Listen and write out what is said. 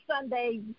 Sunday